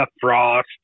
Frost